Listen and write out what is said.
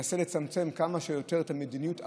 מנסה לצמצם כמה שיותר את מדיניות הפתיחה,